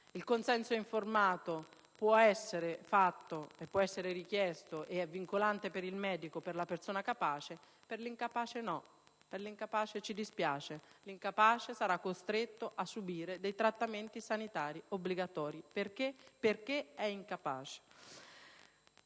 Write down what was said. Il consenso informato può essere espresso e può essere richiesto ed è vincolante per il medico e per la persona capace; per l'incapace no, per l'incapace ci dispiace. L'incapace sarà costretto a subire trattamenti sanitari obbligatori. Perché? Perché è incapace.